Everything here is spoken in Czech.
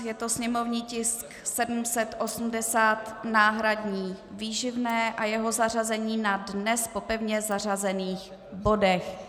Je to sněmovní tisk 780, náhradní výživné, a jeho zařazení na dnes po pevně zařazených bodech.